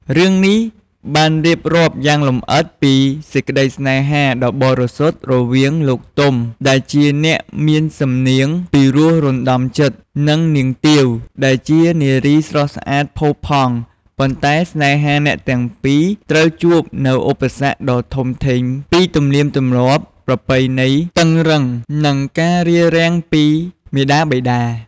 រឿងនេះបានរៀបរាប់យ៉ាងលម្អិតពីសេចក្តីស្នេហាដ៏បរិសុទ្ធរវាង លោក ទុំ ដែលជាអ្នកមានសំនៀងពីរោះរណ្តំចិត្ត និង នាង ទាវ ដែលជានារីស្រស់ស្អាតផូរផង់ ប៉ុន្តែស្នេហាអ្នកទាំងពីរត្រូវជួបនូវឧបសគ្គដ៏ធំធេងពី ទំនៀមទម្លាប់ប្រពៃណីតឹងរ៉ឹង និងការរារាំងពីមាតាបិតា។។